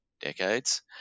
decades